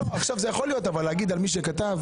יכול להיות אבל להגיד על מי שכתב?